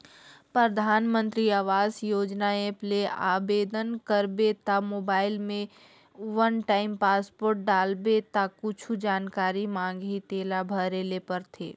परधानमंतरी आवास योजना ऐप ले आबेदन करबे त मोबईल में वन टाइम पासवर्ड डालबे ता कुछु जानकारी मांगही तेला भरे ले परथे